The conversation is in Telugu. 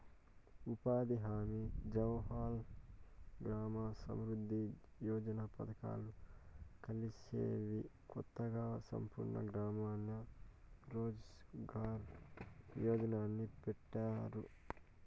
ఉపాధి హామీ జవహర్ గ్రామ సమృద్ది యోజన పథకాలు కలిపేసి కొత్తగా సంపూర్ణ గ్రామీణ రోజ్ ఘార్ యోజన్ని పెట్టినారు